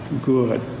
good